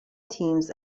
teams